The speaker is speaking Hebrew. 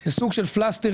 זה סוג של פלסטרים,